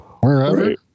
wherever